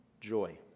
joy